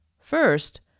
First